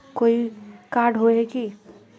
Card होय है की?